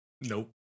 Nope